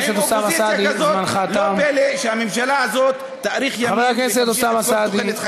משפט סיכום בבקשה, חבר הכנסת סעדי.